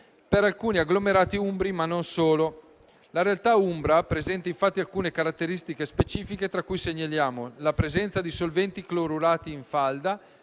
per alcuni agglomerati umbri, ma non solo. La realtà umbra presenta infatti alcune caratteristiche specifiche, tra cui segnaliamo: la presenza di solventi clorurati in falda,